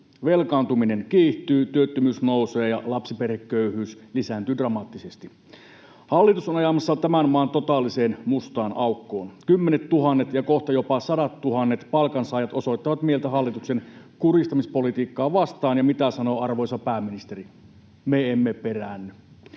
Velkaantuminen kiihtyy, työttömyys nousee ja lapsiperheköyhyys lisääntyi dramaattisesti. Hallitus on ajamassa tämän maan totaaliseen mustaan aukkoon. Kymmenettuhannet ja kohta jopa sadattuhannet palkansaajat osoittavat mieltä hallituksen kurjistamispolitiikkaa vastaan, ja mitä sanoo arvoisa pääministeri: ”Me emme peräänny.”